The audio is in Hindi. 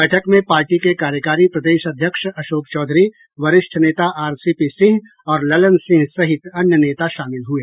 बैठक में पार्टी के कार्यकारी प्रदेश अध्यक्ष अशोक चौधरी वरिष्ठ नेता आरसीपी सिंह और ललन सिंह सहित अन्य नेता शामिल हुये